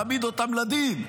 להעמיד אותם לדין,